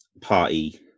party